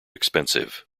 expensive